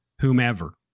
whomever